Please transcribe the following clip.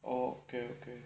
orh okay okay